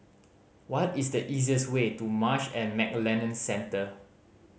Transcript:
what is the easiest way to Marsh and McLennan Centre